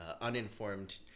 uninformed